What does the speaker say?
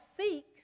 seek